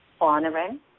honoring